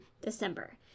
December